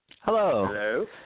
Hello